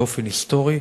באופן היסטורי,